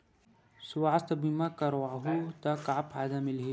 सुवास्थ बीमा करवाहू त का फ़ायदा मिलही?